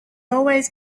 always